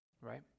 right